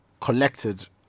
collected